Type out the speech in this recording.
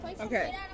Okay